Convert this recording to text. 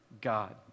God